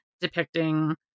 depicting